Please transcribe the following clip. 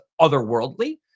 otherworldly